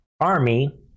army